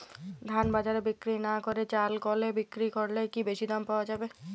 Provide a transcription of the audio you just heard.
ধান বাজারে বিক্রি না করে চাল কলে বিক্রি করলে কি বেশী দাম পাওয়া যাবে?